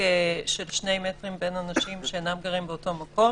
של 2 מטרים בין אנשים שאינם גרים באותו מקום.